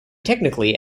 technically